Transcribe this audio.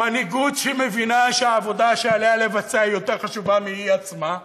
מנהיגות שמבינה שהעבודה שעליה לבצע היא יותר חשובה ממנה עצמה.